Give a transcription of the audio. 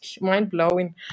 mind-blowing